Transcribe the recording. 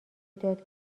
داد